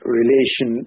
relation